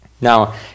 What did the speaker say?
Now